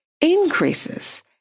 increases